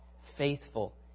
faithful